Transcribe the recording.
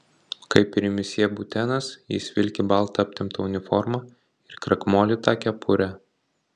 kaip ir misjė butenas jis vilki baltą aptemptą uniformą ir krakmolytą kepurę